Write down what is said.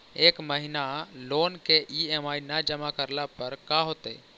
एक महिना लोन के ई.एम.आई न जमा करला पर का होतइ?